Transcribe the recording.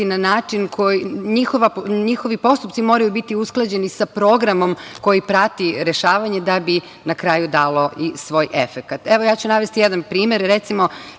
na način, njihovi postupci moraju biti usklađeni sa programom koji prati rešavanje, da bi na kraju dalo i svoj efekat. Ja ću navesti jedan primer. Recimo,